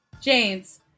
James